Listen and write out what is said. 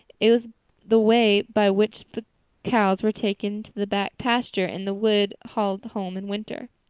it was the way by which the cows were taken to the back pasture and the wood hauled home in winter.